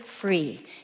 free